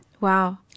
Wow